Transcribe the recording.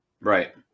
Right